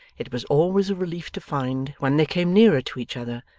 it was always a relief to find, when they came nearer to each other,